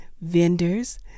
vendors